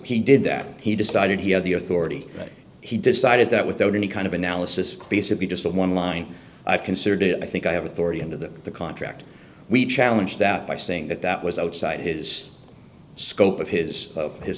he did that he decided he had the authority he decided that without any kind of analysis basically just a one line i've considered it i think i have authority under the the contract we challenge that by saying that that was outside his scope of his of his